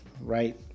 right